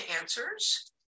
answers